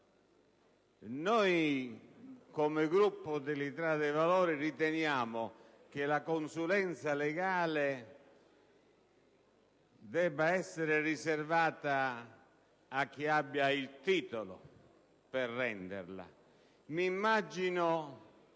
Noi, come Gruppo dell'Italia dei Valori riteniamo che la consulenza legale debba essere riservata a chi abbia il titolo per renderla. Senatore